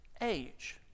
age